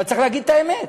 אבל צריך לומר את האמת.